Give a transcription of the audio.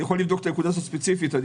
אני יכול לבדוק את הנקודה הזאת ספציפית אני